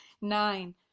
nine